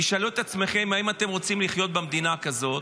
תשאלו את עצמכם אם אתם רוצים לחיות במדינה כזאת,